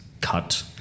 cut